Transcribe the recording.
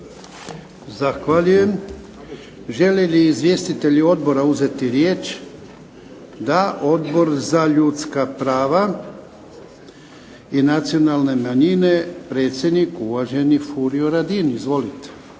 Zahvaljujem. Žele li izvjestitelji Odbora uzeti riječ? Da. Odbor za ljudska prava i nacionalne manjine, predsjednik uvaženi Furio Radin. Izvolite.